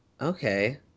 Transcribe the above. Okay